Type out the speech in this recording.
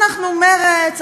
אנחנו מרצ,